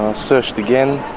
ah searched again.